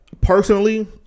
Personally